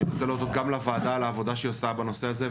אני רוצה להודות גם לוועדה על העבודה שהיא עושה בנושא הזה,